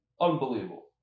Unbelievable